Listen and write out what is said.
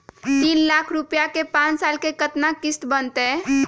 तीन लाख रुपया के पाँच साल के केतना किस्त बनतै?